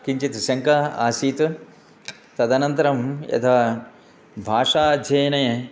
किञ्चित् शङ्का आसीत् तदनन्तरं यदा भाषा अध्ययने